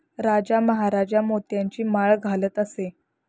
राजा महाराजा मोत्यांची माळ घालत असे